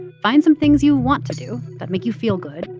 find some things you want to do that make you feel good,